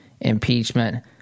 impeachment